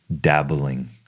dabbling